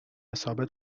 ثابت